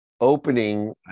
opening